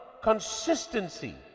consistency